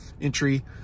entry